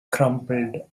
crumpled